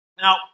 Now